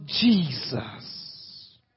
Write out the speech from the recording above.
Jesus